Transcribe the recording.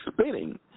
spinning